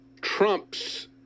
trump's